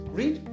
read